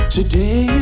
Today